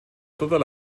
totes